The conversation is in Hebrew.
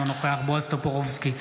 אינו נוכח בועז טופורובסקי,